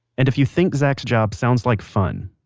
and if you think zach's job sounds like fun,